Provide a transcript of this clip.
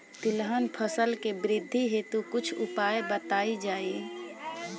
तिलहन फसल के वृद्धी हेतु कुछ उपाय बताई जाई?